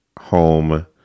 home